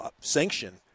sanction